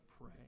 pray